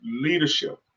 leadership